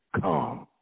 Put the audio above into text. come